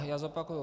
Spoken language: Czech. Já zopakuji.